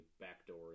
backdoor